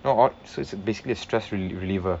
so it's basically a stress relive~ reliever